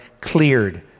cleared